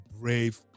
Brave